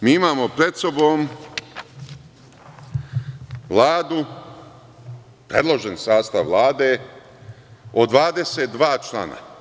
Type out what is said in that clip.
Ovde mi imamo pred sobom Vladu, predložen sastav Vlade, od 22 člana.